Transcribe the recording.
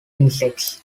insects